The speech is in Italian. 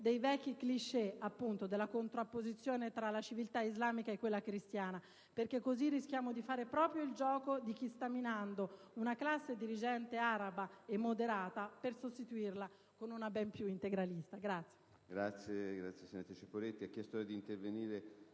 i vecchi *cliché* della contrapposizione tra la civiltà islamica e quella cristiana, rischiando di fare così proprio il gioco di chi sta minando la classe dirigente araba moderata per sostituirla con una ben più integralista.